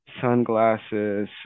sunglasses